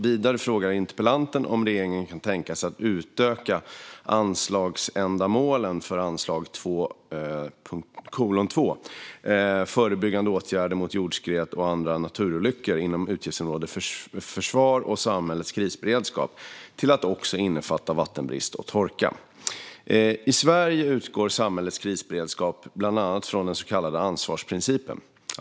Vidare frågar interpellanten om regeringen kan tänka sig att utöka anslagsändamålen för anslaget 2:2 Förebyggande åtgärder mot jordskred och andra naturolyck or inom utgiftsområdet Försvar och samhällets krisberedskap till att också innefatta vattenbrist och torka. I Sverige utgår samhällets krisberedskap bland annat från den så kallade ansvarsprincipen.